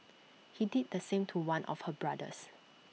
he did the same to one of her brothers